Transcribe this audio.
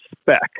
spec